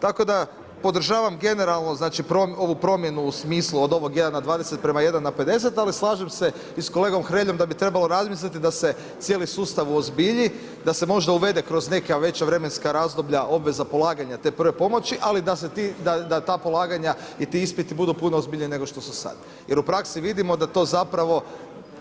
Tako da podržavam generalno ovu promjenu u smislu od ovog jedan na 20:1 na 50, ali slažem se i s kolegom Hreljom da bi trebalo razmisliti da se cijeli sustav uozbilji da se možda uvede kroz neka veća vremenska razdoblja obvezna polaganja te prve pomoći, ali da ta polaganja i ti ispiti budu puno ozbiljnije nego što su sada jer u praksi vidimo da to zapravo